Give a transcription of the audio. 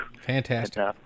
Fantastic